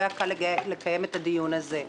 לא היה קל לקיים את הדיון הזה.